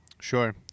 Sure